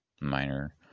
minor